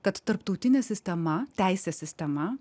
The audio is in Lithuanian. kad tarptautinė sistema teisės sistema